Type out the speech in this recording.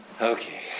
Okay